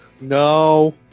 No